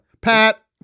Pat